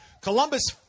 Columbus